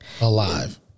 alive